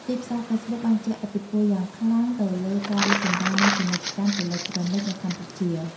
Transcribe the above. ទីផ្សារហ្វេសប៊ុកបានជះឥទ្ធិពលយ៉ាងខ្លាំងទៅលើការរីកចម្រើននៃពាណិជ្ជកម្មអេឡិចត្រូនិកនៅកម្ពុជា។